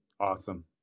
Awesome